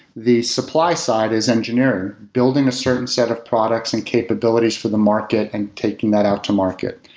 the supply side is engineering, building a certain set of products and capabilities for the market and taking that out to market.